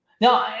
No